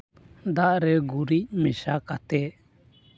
ᱫᱟᱜ ᱨᱮ ᱜᱩᱨᱤᱡ ᱢᱮᱥᱟ ᱠᱟᱛᱮᱫ